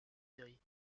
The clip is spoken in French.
série